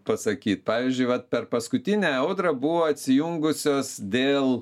pasakyt pavyzdžiui vat per paskutinę audrą buvo atsijungusios dėl